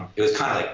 it was kind of like